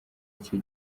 icyo